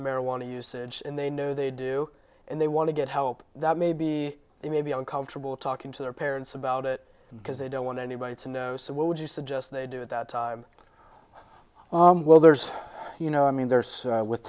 marijuana usage and they know they do and they want to get help that may be they may be uncomfortable talking to their parents about it because they don't want anybody to know so what would you suggest they do with that well there's you know i mean there's with